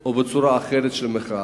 או בצורה אחרת של מחאה.